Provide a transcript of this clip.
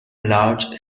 large